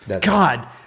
God